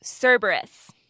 cerberus